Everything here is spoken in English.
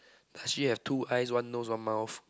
does she have two eyes one nose one mouth